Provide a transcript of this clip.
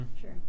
Sure